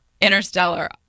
Interstellar